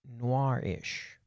noir-ish